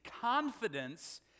confidence